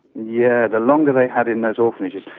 yeah the longer they had in those orphanages,